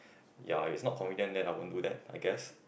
ya if it's not convenient then I won't do that I guess